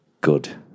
Good